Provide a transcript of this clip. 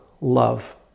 love